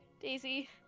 Daisy